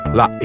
la